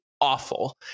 awful